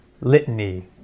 litany